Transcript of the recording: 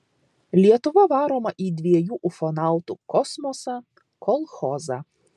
lietuva varoma į dviejų ufonautų kosmosą kolchozą